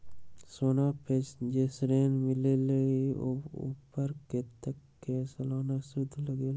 सोना पर जे ऋन मिलेलु ओपर कतेक के सालाना सुद लगेल?